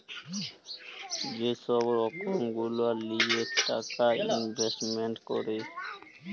যে ছব রকম গুলা লিঁয়ে টাকা ইলভেস্টমেল্ট ক্যরে